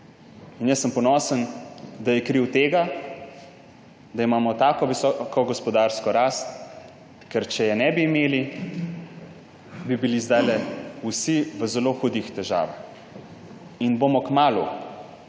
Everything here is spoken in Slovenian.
In jaz sem ponosen, da je kriv tega, da imamo tako visoko gospodarsko rast, ker če je ne bi imeli, bi bili zdaj vsi v zelo hudih težavah. In kmalu